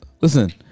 Listen